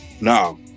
Now